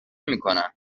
میکنن